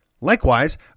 Likewise